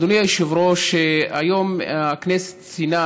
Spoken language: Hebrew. אדוני היושב-ראש, היום הכנסת ציינה